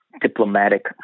diplomatic